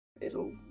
it'll-